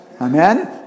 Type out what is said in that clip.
Amen